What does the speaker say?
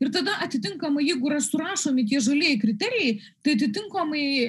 ir tada atitinkamai jeigu yra surašomi tie žalieji kriterijai tai atitinkamai